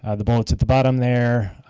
ah the bullet at the bottom there